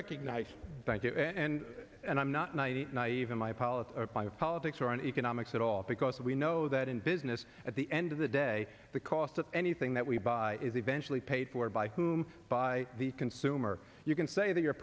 recognize thank you and and i'm not naive naive in my policy of politics or on economics at all because we know that in business at the end of the day the cost of anything that we buy is eventually paid for by whom by the consumer you can say that you're